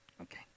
Okay